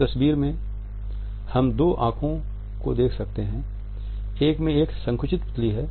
इस तस्वीर में हम दो आँखों को देख सकते हैं एक में एक संकुचित पुतली है